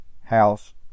house